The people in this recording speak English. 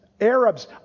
Arabs